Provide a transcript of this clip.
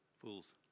fools